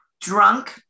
drunk